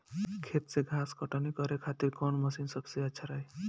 खेत से घास कटनी करे खातिर कौन मशीन सबसे अच्छा रही?